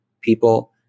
people